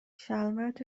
شلوارت